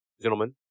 gentlemen